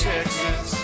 Texas